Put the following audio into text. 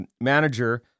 manager